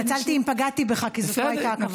התנצלתי אם פגעתי בך, כי זאת לא הייתה הכוונה.